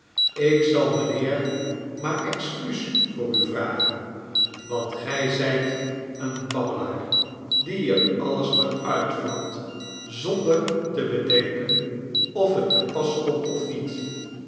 ik zal mijnheer maar excuus voor u vragen want gij zijt een babbelaar die er alles maar uitflapt zonder te bedenken of het te pas komt of niet